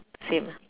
same